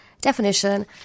definition